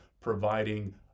providing